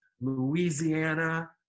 Louisiana